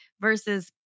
versus